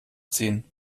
ziehen